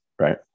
right